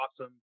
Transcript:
awesome